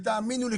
תאמינו לי,